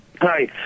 Hi